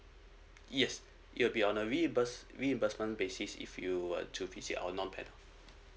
yes it will be on a reimbursed reimbursement basis is if you were to visit on non-panel